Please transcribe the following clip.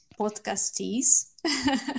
podcastees